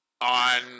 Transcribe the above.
on